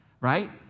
right